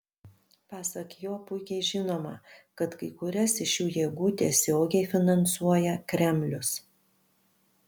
pasak jo puikiai žinoma kad kai kurias iš šių jėgų tiesiogiai finansuoja kremlius